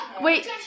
Wait